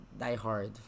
diehard